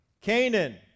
Canaan